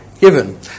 given